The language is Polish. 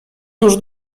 już